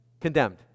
Condemned